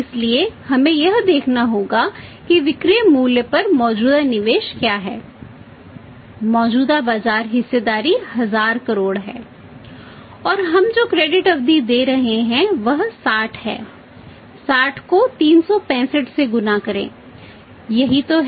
इसलिए हमें यह देखना होगा कि विक्रय मूल्य पर मौजूदा निवेश क्या है मौजूदा बाजार हिस्सेदारी 1000 करोड़ है